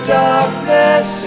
darkness